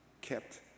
kept